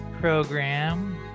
program